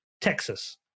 Texas